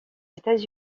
états